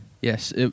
Yes